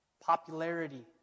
popularity